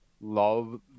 love